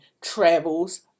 Travels